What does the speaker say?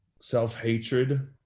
self-hatred